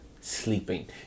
sleeping